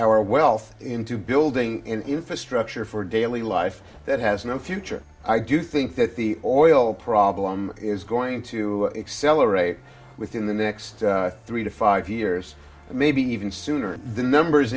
our wealth into building an infrastructure for daily life that has no future i do think that oil problem is going to accelerate within the next three to five years maybe even sooner the numbers